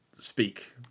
Speak